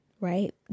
right